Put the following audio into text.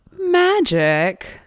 Magic